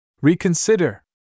Reconsider